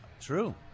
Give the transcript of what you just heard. True